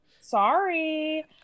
Sorry